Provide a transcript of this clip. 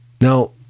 Now